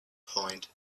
point